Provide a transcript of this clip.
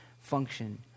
function